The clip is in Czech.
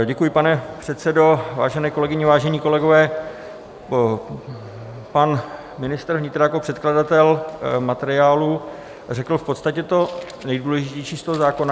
Děkuji, pane předsedo, vážené kolegyně, vážení kolegové, pan ministr vnitra jako předkladatel materiálu řekl v podstatě to nejdůležitější z toho zákona.